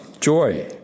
joy